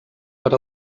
per